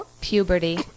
puberty